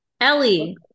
ellie